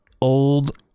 old